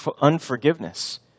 unforgiveness